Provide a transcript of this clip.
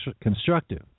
constructive